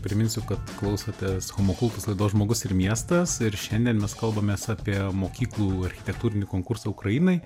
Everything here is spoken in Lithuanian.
priminsiu kad klausotės homo kultus laidos žmogus ir miestas ir šiandien mes kalbamės apie mokyklų architektūrinį konkursą ukrainai